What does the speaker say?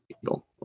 people